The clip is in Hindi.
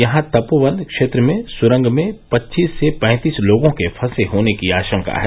यहां तपोवन क्षेत्र में सुरंग में पच्चीस से पैंतीस लोगों के फसे होने की आशंका है